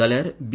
जाल्यार बी